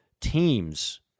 teams